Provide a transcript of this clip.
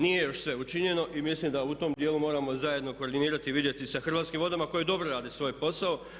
Nije još sve učinjeno i mislim da u tom dijelu moramo zajedno koordinirati i vidjeti sa Hrvatskim vodama koje dobro rade svoj posao.